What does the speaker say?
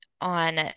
on